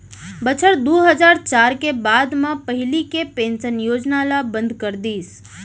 बछर दू हजार चार के बाद म पहिली के पेंसन योजना ल बंद कर दिस